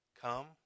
Come